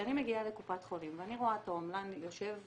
שכשאני מגיעה לקופת חולים ואני רואה תועמלן יושב